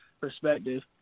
perspective